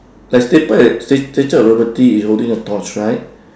like stat~ statue of liberty is holding a torch right